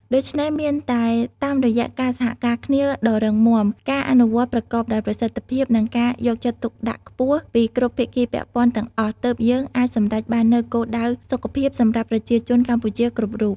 ដូច្នេះមានតែតាមរយៈការសហការគ្នាដ៏រឹងមាំ ការអនុវត្តប្រកបដោយប្រសិទ្ធភាព និងការយកចិត្តទុកដាក់ខ្ពស់ពីគ្រប់ភាគីពាក់ព័ន្ធទាំងអស់ ទើបយើងអាចសម្រេចបាននូវគោលដៅសុខភាពសម្រាប់ប្រជាជនកម្ពុជាគ្រប់រូប។